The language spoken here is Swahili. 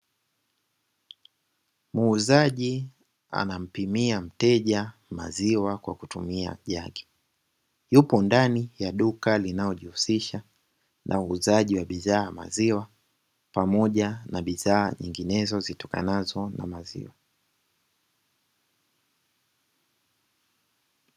Muuzaji anampimia mteja maziwa kwa kutumia jagi, yupo ndani ya duka linalojihusisha na uuzaji wa bidhaa ya maziwa pamoja na bidhaa nyinginezo zitokanazo na maziwa.